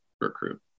recruit